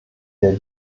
der